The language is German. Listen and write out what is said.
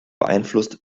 beeinflusst